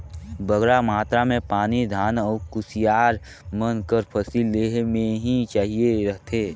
बगरा मातरा में पानी धान अउ कुसियार मन कर फसिल लेहे में ही चाहिए रहथे